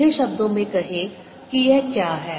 सीधे शब्दों में कहें कि यह क्या है